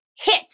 Hit